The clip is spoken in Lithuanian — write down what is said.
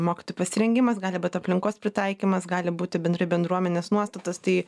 mokytojų pasirengimas gali aplinkos pritaikymas gali būti bendrai bendruomenės nuostatos tai